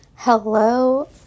hello